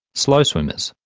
slow swimmers?